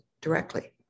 directly